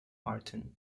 martin